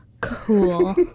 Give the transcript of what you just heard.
cool